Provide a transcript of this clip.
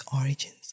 origins